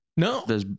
No